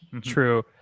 True